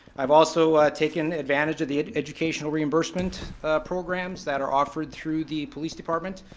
i've also taken advantage of the educational reimbursement programs that are offered through the police department.